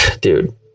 dude